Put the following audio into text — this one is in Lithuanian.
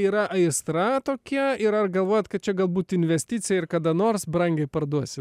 yra aistra tokia ir ar galvojat kad čia galbūt investicija ir kada nors brangiai parduosiu